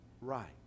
right